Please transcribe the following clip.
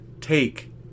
take